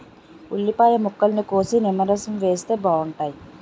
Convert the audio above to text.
ఉల్లిపాయ ముక్కల్ని కోసి నిమ్మరసం వేస్తే బాగుంటాయి